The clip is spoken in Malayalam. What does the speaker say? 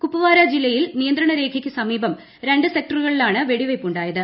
കുപ്വാര ജില്ലയിൽ നിയന്ത്രണ രേഖയ്ക്ക് സമീപം രണ്ട് സെക്ടറുകളിലാണ് വെടിവയ്പ് ഉണ്ടായത്